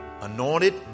anointed